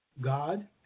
God